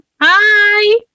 Hi